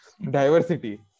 diversity